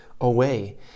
away